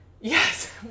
Yes